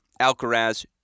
Alcaraz